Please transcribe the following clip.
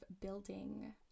building